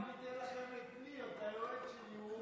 לא, אני אתן לכם את ניר, את היועץ שלי.